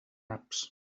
naps